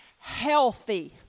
healthy